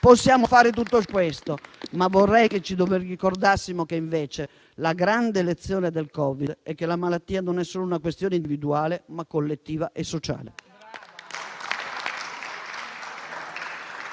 Possiamo fare tutto questo, laddove vorrei ricordassimo che, invece, la grande lezione del Covid-19 è che la malattia non è solo una questione individuale, ma collettiva e sociale.